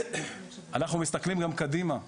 אנחנו מסתכלים גם קדימה,